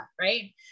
right